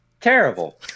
Terrible